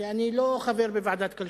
שאני לא חבר בוועדת הכלכלה.